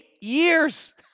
years